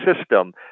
system